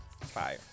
fire